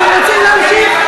אתם רוצים להמשיך?